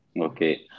Okay